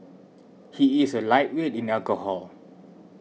he is a lightweight in alcohol